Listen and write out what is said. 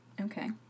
Okay